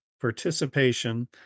participation